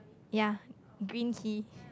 ya green key